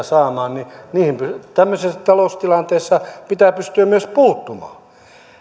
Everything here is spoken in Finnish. saamaan niin niihin tämmöisessä taloustilanteessa pitää pystyä myös puuttumaan